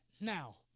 now